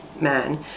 man